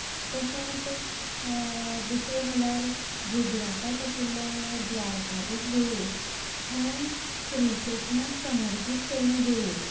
तशेंत दुसरें म्हळ्यार गुजरातांत आशिल्ले द्वारकाधीश देवूळ हे श्री कृष्णाक समर्पीत केल्ले देवूळ